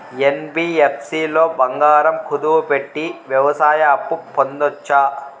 NBFC లో బంగారం కుదువు పెట్టి వ్యవసాయ అప్పు పొందొచ్చా?